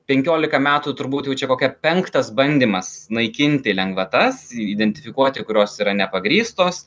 penkiolika metų turbūt jau čia kokia penktas bandymas naikinti lengvatas identifikuoti kurios yra nepagrįstos